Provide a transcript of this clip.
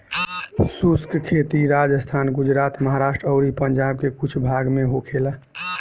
शुष्क खेती राजस्थान, गुजरात, महाराष्ट्र अउरी पंजाब के कुछ भाग में होखेला